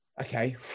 okay